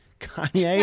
Kanye